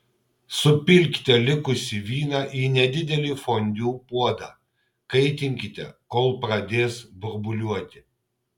supilkite likusį vyną į nedidelį fondiu puodą kaitinkite kol pradės burbuliuoti